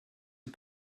who